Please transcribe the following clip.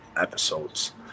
episodes